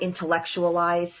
intellectualize